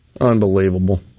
Unbelievable